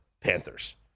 Panthers